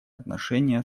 отношения